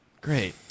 Great